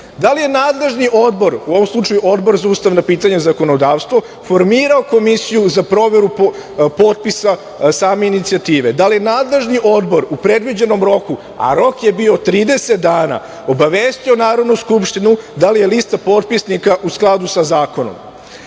Da li je nadležni odbor, u ovom slučaju Odbor za ustavna pitanja i zakonodavstvo, formirao komisiju za proveru potpisa same inicijative? Da li je nadležni odbor u predviđenom roku, a rok je bio 30 dana, obavestio Narodnu skupštinu da li je lista potpisnika u skladu sa zakonom? Da